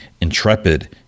intrepid